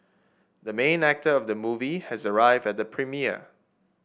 the main actor of the movie has arrived at the premiere